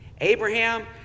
Abraham